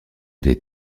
des